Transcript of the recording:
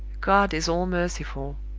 god is all-merciful,